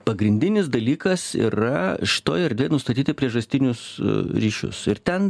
pagrindinis dalykas yra iš to ir nustatyti priežastinius ryšius ir ten